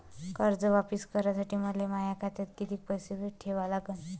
कर्ज वापिस करासाठी मले माया खात्यात कितीक पैसे ठेवा लागन?